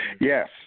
Yes